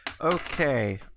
okay